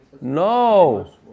No